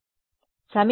విద్యార్థి దట్టమైనది